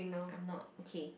I'm not okay